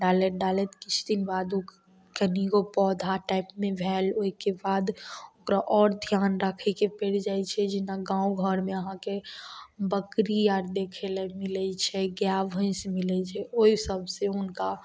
डालति डालति किछु दिन बाद उ कनिगो पौधा टाइमली भेल ओइके बाद ओकरा आओर ध्यान राखयके पड़ि जाइ छै जेना गाँव घरमे अहाँके बकरी आर देखय लए मिलय छैक गाय भैंस मिलय छै ओइ सबसँ हुनका